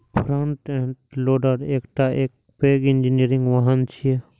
front end loader एकटा पैघ engineering वाहन छियै